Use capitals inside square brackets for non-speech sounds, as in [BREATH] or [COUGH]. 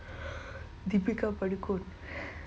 [BREATH] deepika padukone [BREATH]